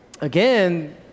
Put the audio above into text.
again